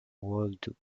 world